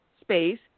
space